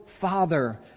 Father